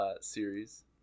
series